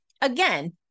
Again